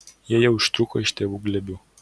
jie jau ištrūko iš tėvų glėbių